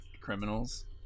criminals